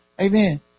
Amen